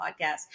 Podcast